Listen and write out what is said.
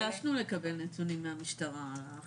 ביקשנו לקבל נתונים מהמשטרה.